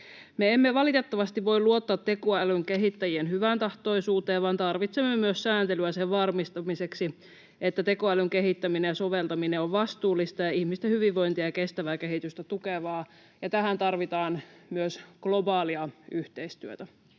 Me emme valitettavasti voi luottaa tekoälyn kehittäjien hyväntahtoisuuteen, vaan tarvitsemme myös sääntelyä sen varmistamiseksi, että tekoälyn kehittäminen ja soveltaminen on vastuullista ja ihmisten hyvinvointia ja kestävää kehitystä tukevaa, ja tähän tarvitaan myös globaalia yhteistyötä.